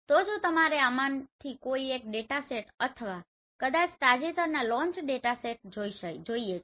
તો જો તમારે આમાંથી કોઈ ડેટાસેટ અથવા કદાચ તાજેતરના લોંચ ડેટાસેટ્સ જોઈએ છે